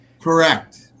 Correct